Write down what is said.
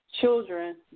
children